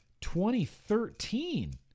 2013